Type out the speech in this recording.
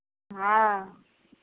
हँऽ